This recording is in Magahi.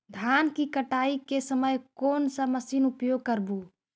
धान की कटाई के समय कोन सा मशीन उपयोग करबू?